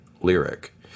Lyric